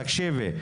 תקשיבי,